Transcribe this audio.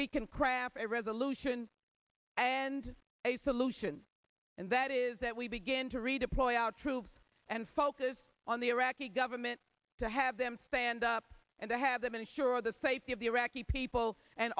we can craft a resolution and a solution and that is that we begin to redeploy our troops and focus on the iraqi government to have them stand up and to have them ensure the safety of the iraqi people and